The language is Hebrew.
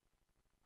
סדר-היום.